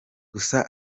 gusa